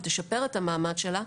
ותשפר את המעמד שלה,